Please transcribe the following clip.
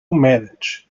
manage